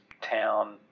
Town